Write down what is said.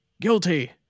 Guilty